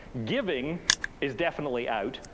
giving is definitely out.